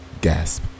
Gasp